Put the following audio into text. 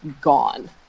gone